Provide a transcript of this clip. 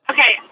Okay